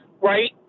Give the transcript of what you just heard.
right